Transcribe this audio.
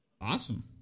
Awesome